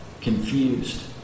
confused